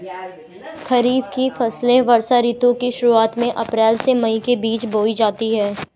खरीफ की फसलें वर्षा ऋतु की शुरुआत में, अप्रैल से मई के बीच बोई जाती हैं